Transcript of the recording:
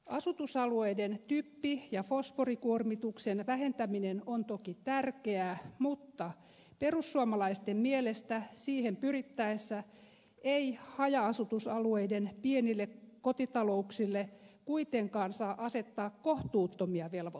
asutusalueiden typpi ja fosforikuormituksen vähentäminen on toki tärkeää mutta perussuomalaisten mielestä siihen pyrittäessä ei haja asutusalueiden pienille kotitalouksille kuitenkaan saa asettaa kohtuuttomia velvoitteita